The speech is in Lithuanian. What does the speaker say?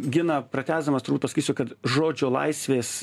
giną pratęsdamas turbūt pasakysiu kad žodžio laisvės